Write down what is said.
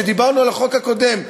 כשדיברנו על החוק הקודם,